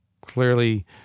clearly